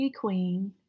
Queen